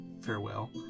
farewell